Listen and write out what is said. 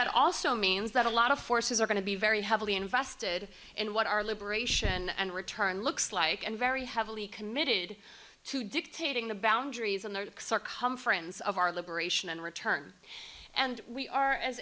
that also means that a lot of forces are going to be very heavily invested in what our liberation and return looks like and very heavily committed to dictating the boundaries and some friends of our liberation and return and we are as